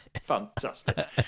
Fantastic